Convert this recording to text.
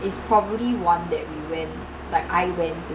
is probably one that we went like I went to